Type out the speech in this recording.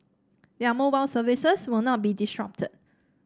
their mobile services will not be disrupted